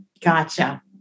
Gotcha